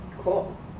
Cool